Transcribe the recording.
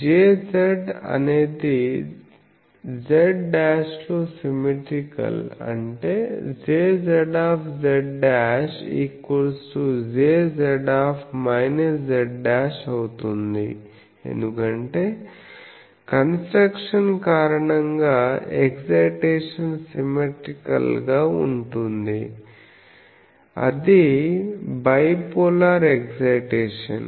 Jz అనేది z లో symmetrical అంటే Jzz Jz z అవుతుంది ఎందుకంటే కన్స్ట్రక్షన్ కారణంగా ఎక్సైటేషన్ సిమ్మెట్రీకల్గా ఉంటుంది అది బైపోలార్ ఎక్సైటేషన్